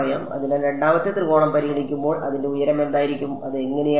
അതിനാൽ രണ്ടാമത്തെ ത്രികോണം പരിഗണിക്കുമ്പോൾ അതിന്റെ ഉയരം എന്തായിരിക്കും അത് എങ്ങനെയായിരിക്കും